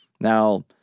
Now